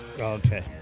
Okay